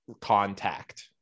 contact